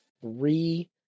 three